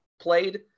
played